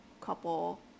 couple